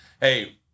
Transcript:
hey